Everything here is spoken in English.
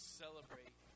celebrate